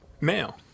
male